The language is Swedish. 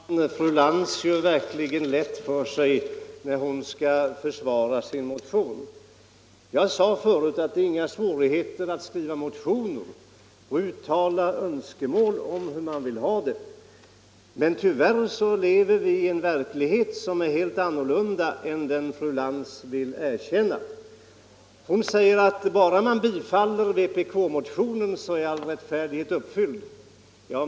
Herr talman! Fru Lantz gör det verkligen lätt för sig när hon skall försvara sin motion. Jag sade förut att det inte är några svårigheter att skriva motioner och uttala önskemål om hur man vill ha det. Men tyvärr lever vi i en verklighet som är helt annorlunda än den fru Lantz vill erkänna. Hon anser att bara man bifaller vpk-motionen så är all rättfärdighet uppfylld.